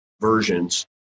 versions